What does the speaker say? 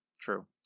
True